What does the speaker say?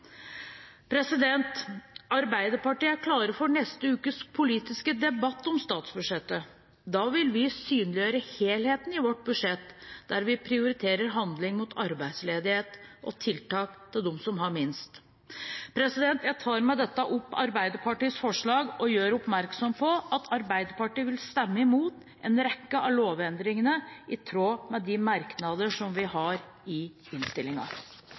Arbeiderpartiet er klar for neste ukes politiske debatt om statsbudsjettet. Da vil vi synliggjøre helheten i vårt budsjett, der vi prioriterer handling mot arbeidsledighet og tiltak for dem som har minst. Jeg tar med dette opp Arbeiderpartiets forslag og gjør oppmerksom på at Arbeiderpartiet vil stemme imot en rekke av lovendringene, i tråd med de merknader vi har i